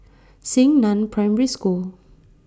Xingnan Primary School